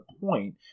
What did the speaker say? point